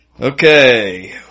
Okay